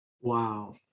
Wow